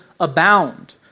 abound